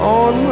on